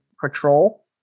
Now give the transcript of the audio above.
patrol